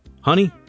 Honey